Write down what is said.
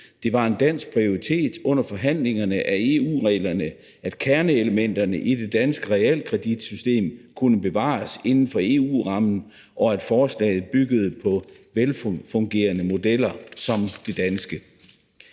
Det var en dansk prioritet under forhandlingerne af EU-reglerne, at kerneelementerne i det danske realkreditsystem kunne bevares inden for EU-rammen, og at forslaget byggede på velfungerende modeller som den danske.«